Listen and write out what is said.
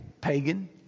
pagan